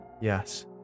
Yes